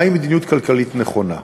מהי מדיניות כלכלית נכונה?